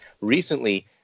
recently